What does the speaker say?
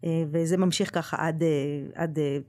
וזה ממשיך ככה עד, עד אה..